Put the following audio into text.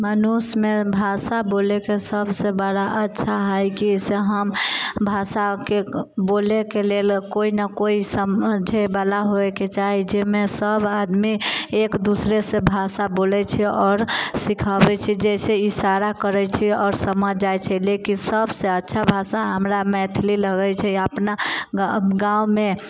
मनुष्यमे भाषा बोलैके सबसँ बड़ा अच्छा हइ कि हम भाषाके बोलैके लेल कोइ ने कोइ समझैवला होइके चाहै छै जाहिमे सब आदमी एक दोसरेसँ भाषा बोलै छै आओर सिखबै छै जइसे इशारा करै छिए आओर समझ जाइ छै लेकिन सबसँ अच्छा भाषा हमरा मैथिली लगै छै अपना गाँवमे